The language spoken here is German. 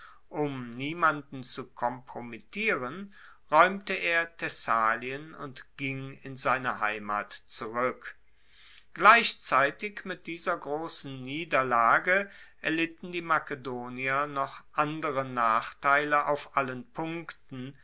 um niemanden zu kompromittieren raeumte er thessalien und ging in seine heimat zurueck gleichzeitig mit dieser grossen niederlage erlitten die makedonier noch andere nachteile auf allen punkten